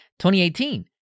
2018